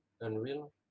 Unreal